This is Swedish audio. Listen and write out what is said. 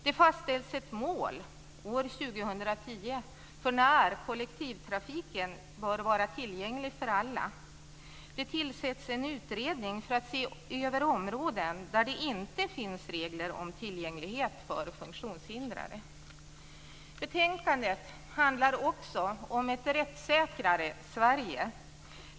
Det fastställs ett mål - år Betänkandet handlar också om ett rättssäkrare Sverige.